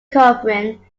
covering